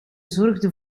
zorgden